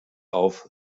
auf